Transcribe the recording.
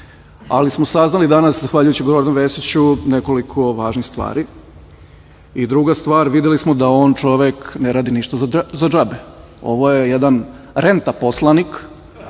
ali smo saznali danas zahvaljujući Goranu Vesiću nekoliko važnih stvari. Druga stvar, videli smo da on čovek ne radi ništa za džabe. Ovo je jedan renta poslanik